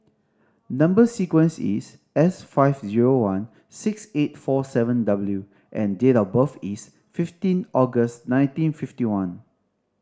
number sequence is S five zero one six eight four seven W and date of birth is fifteen August nineteen fifty one